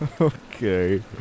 Okay